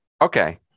Okay